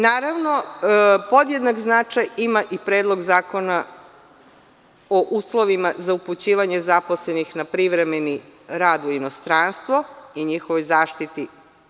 Naravno, podjednak značaj ima i Predlog zakona o uslovima za upućivanje zaposlenih na privremeni rad u inostranstvo i njihovoj zaštiti.